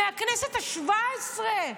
מהכנסת השבע-עשרה,